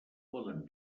poden